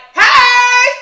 hey